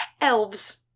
Elves